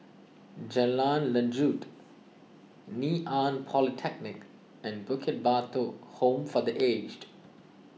Jalan Lanjut Ngee Ann Polytechnic and Bukit Batok Home for the Aged